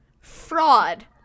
Fraud